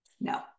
No